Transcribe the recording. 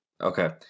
Okay